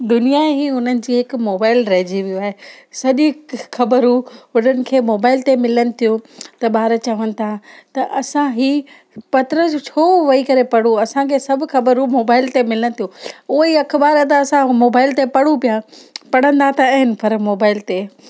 दुनिया ई हुननि जी हिकु मोबाइल रहिजी वियो आहे सॼी ख ख़बरूं हुननि खे मोबाइल ते मिलनि थियूं त ॿार चवनि था त असां हीउ पत्र छो वेही करे पढ़ूं असांखे सभु ख़बरूं मोबाइल ते मिलनि थियूं उहे ई अख़बार त असां मोबाइल ते पढ़ूं पिया पढ़ंदा त आहिनि पर मोबाइल ते